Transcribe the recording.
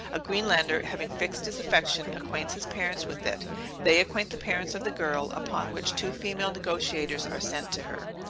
a greenlander, having fixed his affection, acquaints his parents with it they acquaint the parents of the girl upon which two female negociators are sent to her,